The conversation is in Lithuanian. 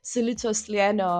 silicio slėnio